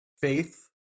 Faith